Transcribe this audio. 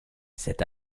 cet